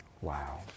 Wow